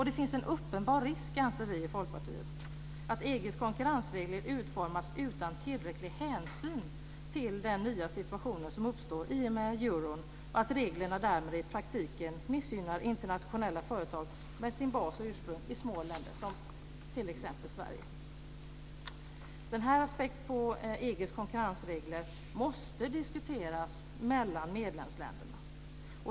Det finns en uppenbar risk, anser vi i Folkpartiet, att EG:s konkurrensregler utformas utan tillräcklig hänsyn till den nya situation som uppstår i och med euron och att reglerna därmed i praktiken missgynnar internationella företag som har sin bas och sitt ursprung i små länder som t.ex. Sverige. Den här aspekten på EG:s konkurrensregler måste diskuteras mellan medlemsländerna.